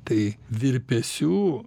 tai virpesių